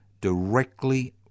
directly